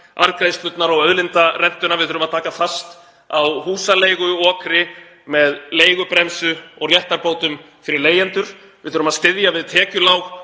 arðgreiðslurnar og auðlindarentuna. Við þurfum að taka fast á húsaleiguokri með leigubremsu og réttarbótum fyrir leigjendur. Við þurfum að styðja við tekjulág